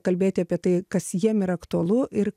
kalbėti apie tai kas jiem yra aktualu ir